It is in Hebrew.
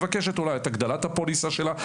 אולי מבקשת את הגדלת הפוליסה שלה,